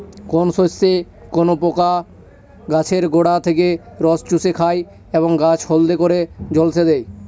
কোন শস্যে কোন পোকা গাছের গোড়া থেকে রস চুষে খায় এবং গাছ হলদে করে ঝলসে দেয়?